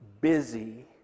busy